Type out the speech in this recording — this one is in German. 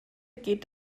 geht